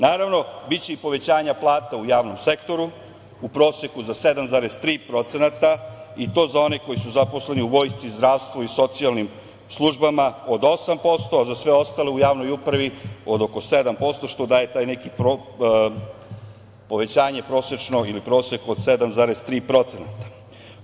Naravno, biće i povećanjae plata u javnom sektoru u proseku za 7,3% i to za one koji su zaposleni u vojsci, zdravstvu i socijalnim službama od 8%, za sve ostale u javnoj upravi od oko 7% što daje povećanje prosečnog ili prosek od 7,3%